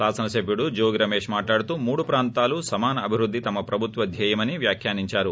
శాసన సభ్యుడు జోగి రమేష్ మాట్లాడుతూ మూడు ప్రాంతాల సమాన అభివృద్ది తమ ప్రభుత్వ ధ్యేయమని వ్యాఖ్యానించారు